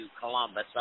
Columbus